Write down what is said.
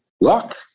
Luck